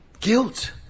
Guilt